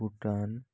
Bhutan